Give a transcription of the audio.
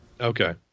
Okay